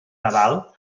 nadal